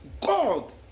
God